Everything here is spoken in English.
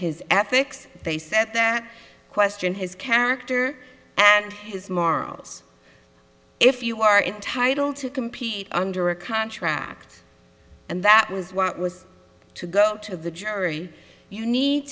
his ethics they said that question his character and his morals if you are entitled to compete under a contract and that was what was to go to the jury you need